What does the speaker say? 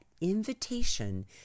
invitation